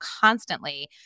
constantly